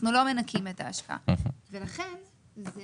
אנחנו לא מנקים את ההשקעה, ולכן זה